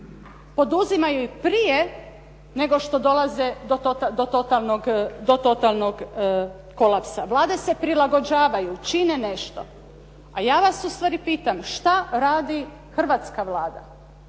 Poduzimaju i prije nego što dolaze do totalnog kolapsa. Vlade se prilagođavaju, čine nešto. A ja vas ustvari pitam što radi Hrvatska Vlada.